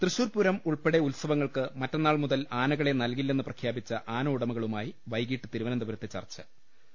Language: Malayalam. തൃശൂർപൂരം ഉൾപ്പെടെ ഉത്സവങ്ങൾക്ക് മറ്റന്നാൾ മുതൽ ആനകളെ നൽകില്ലെന്ന് പ്രഖ്യാപിച്ചു ആന ഉടമകളുമായി വൈകിട്ട് തിരുവനന്തപുരത്ത് ചർച്ചു